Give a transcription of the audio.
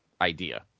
idea